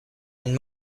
and